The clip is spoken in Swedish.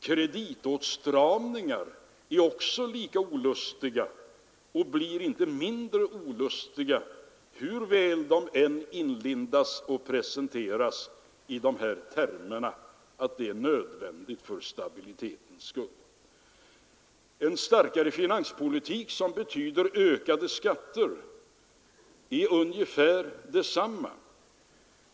Kreditåtstramningar är lika olustiga, och blir inte mindre olustiga för att de vid presentationen inlindas i förklaringar om att de är nödvändiga för stabilitetens skull. För en starkare finanspolitik, som betyder ökade skatter, gäller ungefär detsamma.